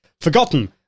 forgotten